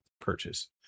purchase